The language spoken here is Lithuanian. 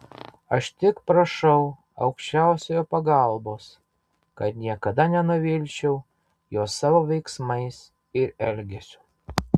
aš tik prašau aukščiausiojo pagalbos kad niekada nenuvilčiau jo savo veiksmais ir elgesiu